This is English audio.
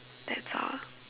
that's all